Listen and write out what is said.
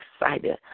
excited